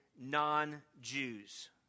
non-Jews